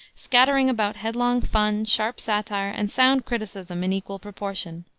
scattering about headlong fun, sharp satire and sound criticism in equal proportion.